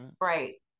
right